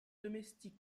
domestique